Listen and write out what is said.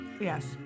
Yes